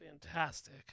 fantastic